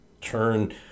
turn